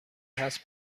هست